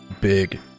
Big